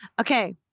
Okay